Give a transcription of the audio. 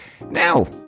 Now